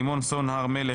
לימור סון הר מלך,